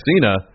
Cena